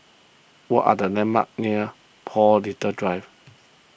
what are the landmarks near Paul Little Drive